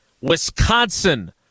Wisconsin